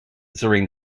during